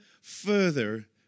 further